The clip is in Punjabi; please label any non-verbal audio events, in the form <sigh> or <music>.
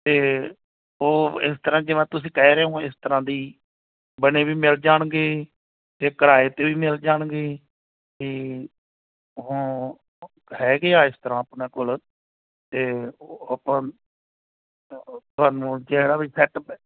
ਅਤੇ ਉਹ ਇਸ ਤਰ੍ਹਾਂ ਜਿਵੇਂ ਤੁਸੀਂ ਕਹਿ ਰਹੇ ਹੋ ਇਸ ਤਰ੍ਹਾਂ ਦੀ ਬਣੇ ਵੀ ਮਿਲ ਜਾਣਗੇ ਜੇ ਕਿਰਾਏ 'ਤੇ ਵੀ ਮਿਲ ਜਾਣਗੇ ਅਤੇ ਹਾਂ ਹੈਗੇ ਆ ਇਸ ਤਰ੍ਹਾਂ ਆਪਣਾ ਕੋਲ ਅਤੇ ਆਪਾਂ <unintelligible> ਤੁਹਾਨੂੰ ਜਿਹੜਾ ਵੀ ਸੈਟ